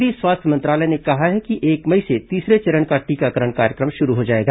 केंद्रीय स्वास्थ्य मंत्रालय ने कहा है कि एक मई से तीसरे चरण का टीकाकरण कार्यक्रम शुरू हो जायेगा